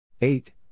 Eight